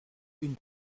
une